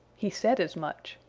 he said as much.